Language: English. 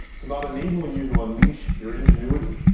it's about enabling you to unleash your ingenuity,